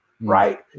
Right